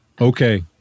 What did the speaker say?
Okay